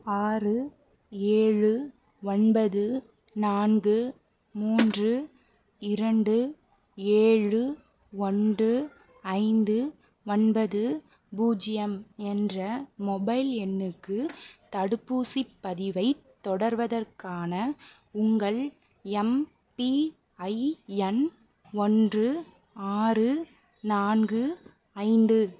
ஆறு ஏழு ஒன்பது நான்கு மூன்று இரண்டு ஏழு ஒன்று ஐந்து ஒன்பது பூஜ்ஜியம் என்ற மொபைல் எண்ணுக்கு தடுப்பூசிப் பதிவைத் தொடர்வதற்கான உங்கள் எம்பிஐஎன் ஒன்று ஆறு நான்கு ஐந்து